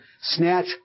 snatch